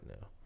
now